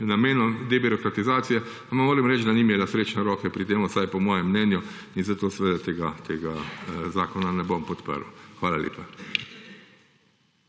namenom debirokratizacije, ampak moram reči, da ni imela srečne roke pri tem, vsaj po mojem mnenju. Zato tega zakona ne bom podprl. Hvala lepa.